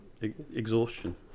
exhaustion